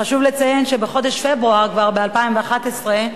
חשוב לציין שבפברואר 2011,